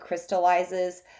crystallizes